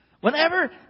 Whenever